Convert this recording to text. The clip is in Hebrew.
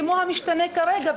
כמו המשתנה כרגע,